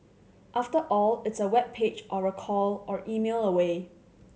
after all it's a web page or a call or email away